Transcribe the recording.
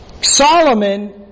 Solomon